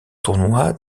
tournoi